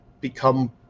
become